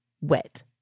wet